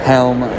Helm